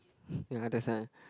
ya that's why